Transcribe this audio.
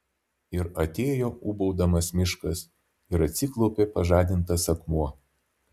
ir atėjo ūbaudamas miškas ir atsiklaupė pažadintas akmuo